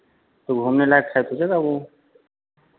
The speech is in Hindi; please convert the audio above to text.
तो घूमने लायक है तो जगह वो